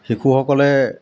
শিশুসকলে